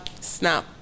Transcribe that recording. snap